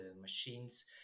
machines